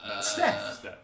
Steph